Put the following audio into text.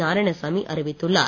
நாராயணசாமி அறிவித்துள்ளார்